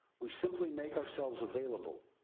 we simply make ourselves available.